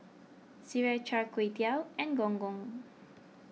Sireh Char Kway Teow and Gong Gong